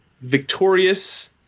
victorious